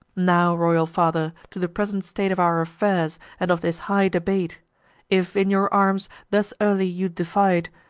now, royal father, to the present state of our affairs, and of this high debate if in your arms thus early you diffide,